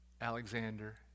Alexander